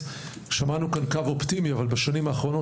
שמענו כאן קו אופטימי אבל בשנים האחרונות